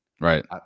right